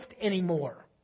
anymore